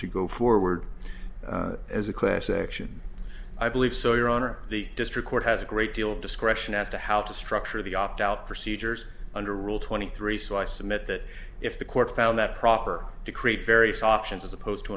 to go forward as a class action i believe so your honor the district court has a great deal of discretion as to how to structure the opt out procedures under rule twenty three so i submit that if the court found that proper to create various options as opposed to